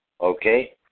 Okay